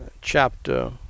chapter